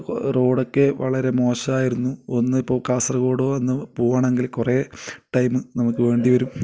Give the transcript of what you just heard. റോഡൊക്കെ വളരെ മോശമായിരുന്നു ഒന്നിപ്പോൾ കാസർകോഡ് ഒന്നു പൂവണമെങ്കിൽ കുറേ ടൈം നമുക്ക് വേണ്ടി വരും